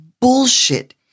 bullshit